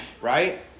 Right